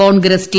Congress T